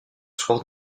soir